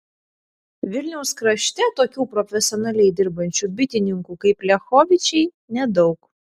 vilniaus krašte tokių profesionaliai dirbančių bitininkų kaip liachovičiai nedaug